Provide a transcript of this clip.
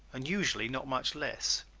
and usually not much less.